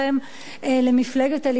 למפלגת הליכוד,